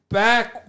back